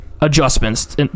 adjustments